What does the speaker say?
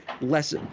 less